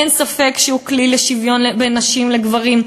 אין ספק שהוא כלי לשוויון בין נשים לגברים,